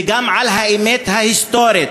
וגם על האמת ההיסטורית.